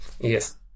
Yes